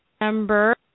number